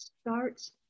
starts